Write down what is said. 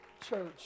church